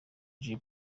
jay